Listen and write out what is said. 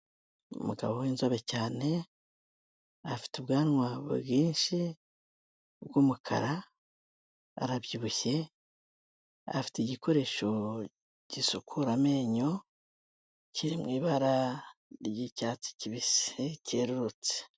Umugabo w'inzobe cyane, afite ubwanwa bwinshi, bw'umukara, arabyibushye, afite igikoresho gisukura amenyo, kiri mu ibara ry'icyatsi kibisi cyerurutse.